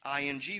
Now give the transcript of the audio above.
ING